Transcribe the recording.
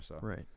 Right